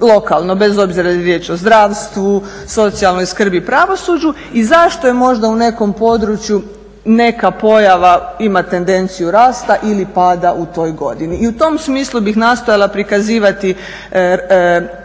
lokalno bez obzira jeli riječ o zdravstvu, socijalnoj skrbi, pravosuđu i zašto je možda u nekom području neka pojava ima tendenciju rasta ili pada u toj godini. I u tom smislu bih nastojala prikazivati rad